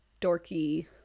dorky